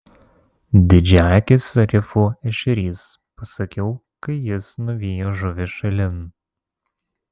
didžiaakis rifų ešerys pasakiau kai jis nuvijo žuvį šalin